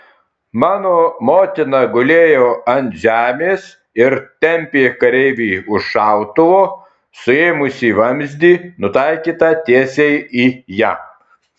mano motina gulėjo ant žemės ir tempė kareivį už šautuvo suėmusį vamzdį nutaikytą tiesiai į ją